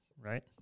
right